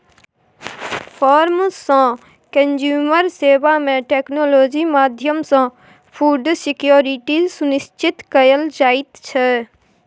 farm सँ consumer सेबा मे टेक्नोलॉजी माध्यमसँ फुड सिक्योरिटी सुनिश्चित कएल जाइत छै